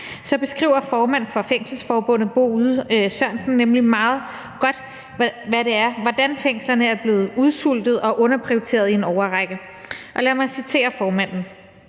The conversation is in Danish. maj beskriver formanden for Fængselsforbundet, Bo Yde Sørensen, nemlig meget godt, hvordan fængslerne er blevet udsultet og underprioriteret i en årrække. Og lad mig citere formanden: